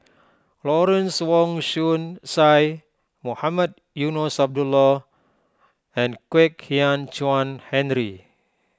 Lawrence Wong Shyun Tsai Mohamed Eunos Abdullah and Kwek Hian Chuan Henry